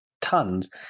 tons